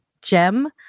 Gem